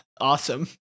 Awesome